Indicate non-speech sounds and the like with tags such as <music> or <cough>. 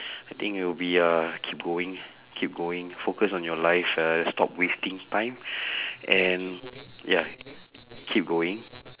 <breath> I think it will be uh keep going keep going focus on your life uh stop wasting time <breath> and ya keep going